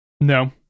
No